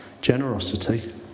generosity